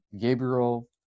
Gabriel